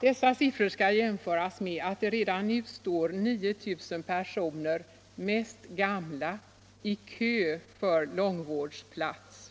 Dessa siffror skall jämföras med att det redan nu står 9 000 personer, mest gamla, i kö för långvårdsplats.